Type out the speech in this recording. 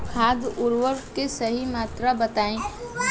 खाद उर्वरक के सही मात्रा बताई?